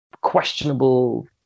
questionable